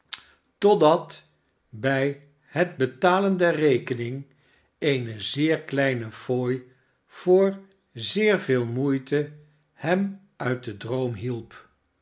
totdat bij het betalen der rekening eene zeer kleine fooi voor zeer veel moeite hem uit den droom hielp